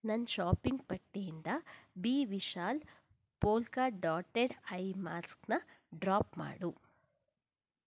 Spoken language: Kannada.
ನನ್ನ ಶಾಪಿಂಗ್ ಪಟ್ಟಿಯಿಂದ ಬಿ ವಿಶಾಲ್ ಪೋಲ್ಕಾ ಡಾಟೆಡ್ ಐ ಮಾಸ್ಕನ್ನು ಡ್ರಾಪ್ ಮಾಡು